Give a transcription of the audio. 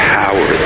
power